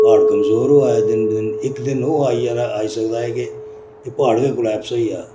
प्हाड़ कमजोर होआ दे दिन दिन इक दिन ओह् आई जाना आई सकदा के एह् प्हाड़ गै कोलैप्स होई जा